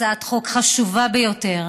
הצעת חוק חשובה ביותר.